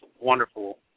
wonderful